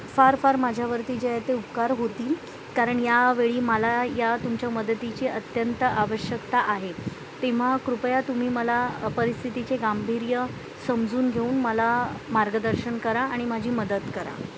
फार फार माझ्यावरती जे आहे ते उपकार होतील कारण यावेळी मला या तुमच्या मदतीची अत्यंत आवश्यकता आहे तेव्हा कृपया तुम्ही मला परिस्थितीचे गांभीर्य समजून घेऊन मला मार्गदर्शन करा आणि माझी मदत करा